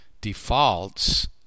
defaults